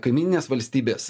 kaimyninės valstybės